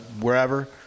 wherever